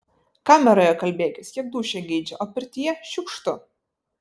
kameroje kalbėkis kiek dūšia geidžia o pirtyje šiukštu